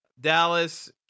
Dallas